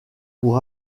pour